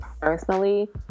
personally